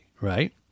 right